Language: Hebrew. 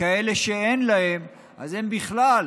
וכאלה שאין להם אז בכלל